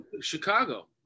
chicago